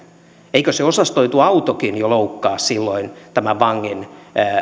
eikö se osastoitu autokin jo loukkaa silloin tämän vangin